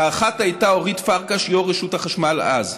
האחת הייתה אורית פרקש, יו"ר רשות החשמל אז.